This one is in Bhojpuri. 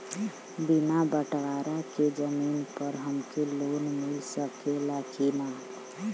बिना बटवारा के जमीन पर हमके लोन मिल सकेला की ना?